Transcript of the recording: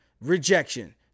Rejection